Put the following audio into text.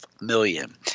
million